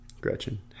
Gretchen